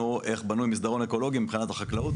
איך בנוי מסדרון אקולוגי מבחינה החקלאות,